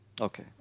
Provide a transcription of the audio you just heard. Okay